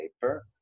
paper